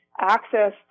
access